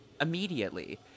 immediately